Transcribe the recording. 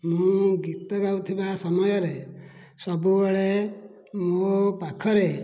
ମୁଁ ଗୀତ ଗାଉଥିବା ସମୟରେ ସବୁବେଳେ ମୋ ପାଖରେ